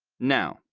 now,